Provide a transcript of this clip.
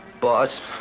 Boss